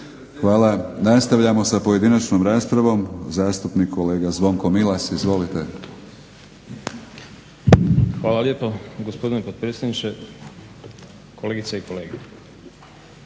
Hvala. Nastavljamo sa pojedinačnom raspravom. Zastupnik kolega Zvonko Milas, izvolite. **Milas, Zvonko (HDZ)** Hvala lijepo gospodine potpredsjedniče, kolegice i kolege.